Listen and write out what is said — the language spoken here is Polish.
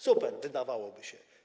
Super, wydawałoby się.